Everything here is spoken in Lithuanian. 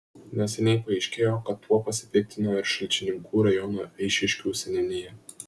neseniai paaiškėjo kad tuo pasipiktino ir šalčininkų rajono eišiškių seniūnija